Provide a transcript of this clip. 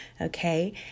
Okay